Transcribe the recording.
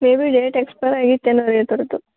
may be date expire ಆಗಿತ್ತೇನೋ ಇದ್ರದ್ದು